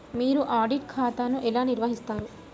మీరు ఆడిట్ ఖాతాను ఎలా నిర్వహిస్తారు?